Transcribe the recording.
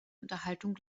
unterhaltung